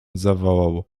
zawołał